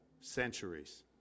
centuries